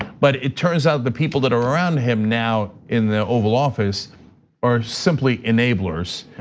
but it turns out the people that are around him now in the oval office are simply enablers.